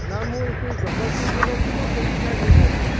ନା ମୁଁ ସେହି ଜଗତସିଂହପୁରରେ ଅଛି ନା ସେଇଠି ଖାଇ ଦେଇଥାନ୍ତି